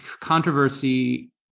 controversy